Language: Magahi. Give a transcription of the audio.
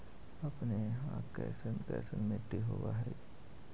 अपने यहाँ कैसन कैसन मिट्टी होब है?